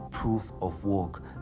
proof-of-work